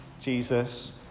Jesus